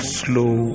slow